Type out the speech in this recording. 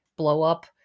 blow-up